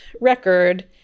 record